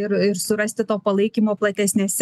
ir surasti to palaikymo platesnėse grupėse